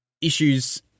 issues